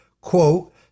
quote